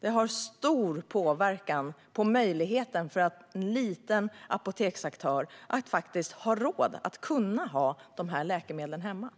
Detta har stor påverkan på möjligheten för en liten apoteksaktör att ha råd att ha dessa läkemedel hemma.